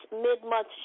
mid-month